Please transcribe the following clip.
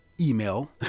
email